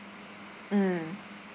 mm